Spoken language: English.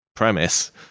premise